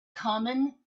common